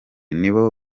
nibo